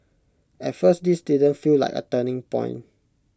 at first this didn't feel like A turning point